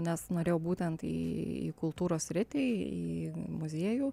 nes norėjau būtent į kultūros sritį į muziejų